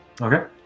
Okay